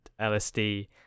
LSD